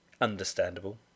understandable